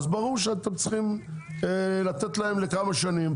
ברור שאתם צריכים לתת להן פטור לכמה שנים.